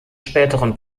späteren